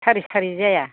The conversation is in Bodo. सारे सारि जाया